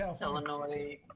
Illinois